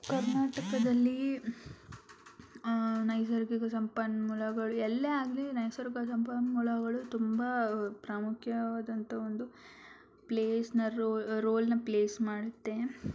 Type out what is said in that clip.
ಕರ್ನಾಟಕದಲ್ಲಿ ನೈಸರ್ಗಿಕ ಸಂಪನ್ಮೂಲಗಳು ಎಲ್ಲೇ ಆಗಲಿ ನಿಸರ್ಗ ಸಂಪನ್ಮೂಲಗಳು ತುಂಬ ಪ್ರಾಮುಖ್ಯವಾದಂಥ ಒಂದು ಪ್ಲೇಸನ್ನ ರೋಲ್ ರೋಲನ್ನ ಪ್ಲೇಸ್ ಮಾಡುತ್ತೆ